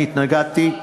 אני התנגדתי,